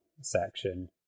section